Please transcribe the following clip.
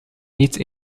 niet